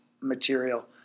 material